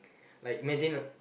like imagine